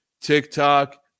TikTok